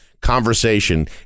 conversation